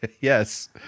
Yes